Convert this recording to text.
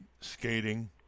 skating